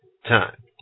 Time